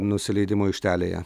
nusileidimo aikštelėje